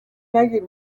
نگیر